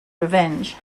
revenge